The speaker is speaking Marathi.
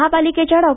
महापालिकेच्या डॉ